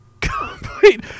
complete